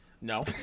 No